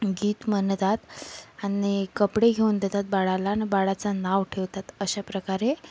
गीत म्हणतात आणि कपडे घेऊन देतात बाळाला आणि बाळाचं नाव ठेवतात अशा प्रकारे